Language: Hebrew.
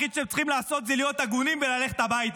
הדבר היחיד שאתם צריכים לעשות הוא להיות הגונים וללכת הביתה.